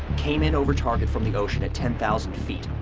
came in over target from the ocean at ten thousand feet.